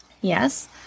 Yes